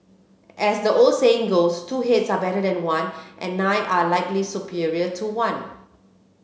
as the old saying goes two heads are better than one and nine are likely superior to one